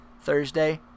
Thursday